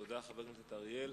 תודה לחבר הכנסת אורי אריאל.